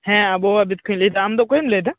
ᱦᱮᱸ ᱟᱵᱚᱦᱟᱣᱟ ᱵᱤᱫ ᱠᱷᱚᱱ ᱤᱧ ᱞᱟᱹᱭ ᱮᱫᱟ ᱟᱢ ᱫᱚ ᱚᱠᱚᱭᱮᱢ ᱞᱟᱹᱭ ᱮᱫᱟ